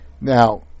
Now